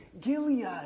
Gilead